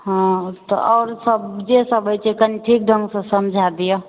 हँ तऽ आओर सभ जेसभ होइ छै कनि ठीक ढंगसं समझा दिअ